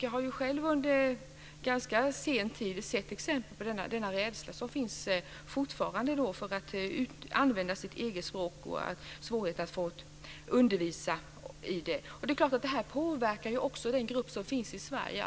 Jag har själv under ganska sen tid sett exempel på den rädsla som fortfarande finns för att använda det egna språket och på svårigheterna att få undervisa på det. Detta påverkar också den grupp som finns i Sverige.